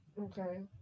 Okay